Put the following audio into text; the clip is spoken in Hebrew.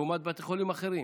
ולעומתו בתי חולים אחרים,